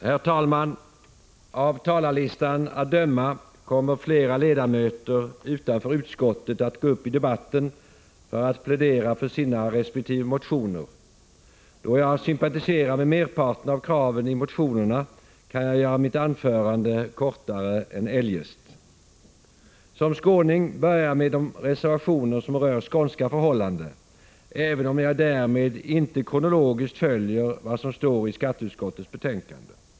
Herr talman! Av talarlistan att döma kommer flera ledamöter utanför utskottet att gå upp i debatten för att plädera för sina resp. motioner. Då jag sympatiserar med merparten av kraven i motionerna, kan jag göra mitt anförande kortare än eljest. Som skåning börjar jag med de reservationer som rör skånska förhållanden, även om jag därmed inte kronologiskt följer vad som står i skatteutskottets betänkande.